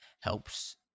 helps